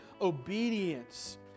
obedience